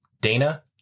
Dana